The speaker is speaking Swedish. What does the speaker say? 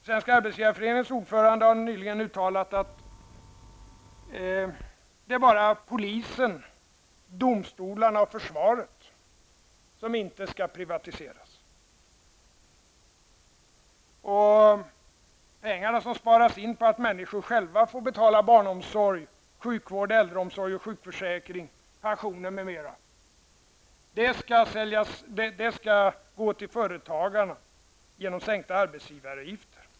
Svenska arbetsgivareföreningens ordförande har nyligen uttalat att det bara är polisen, domstolarna och försvaret som inte skall privatiseras. De pengar som sparas in på att människor själva får betala barnomsorg, sjukvård, äldreomsorg, sjukförsäkring och pension skall gå till företagen genom en sänkning av arbetsgivaravgiften.